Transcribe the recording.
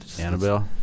Annabelle